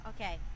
Okay